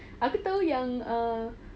aku tahu yang err